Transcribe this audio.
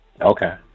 okay